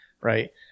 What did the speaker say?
right